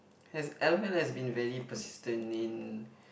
has l_o_l has been very persistent in